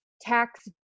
tax